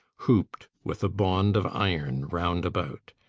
hooped with a bond of iron round about.